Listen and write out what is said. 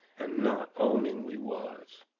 and not owning we was.